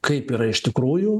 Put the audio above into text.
kaip yra iš tikrųjų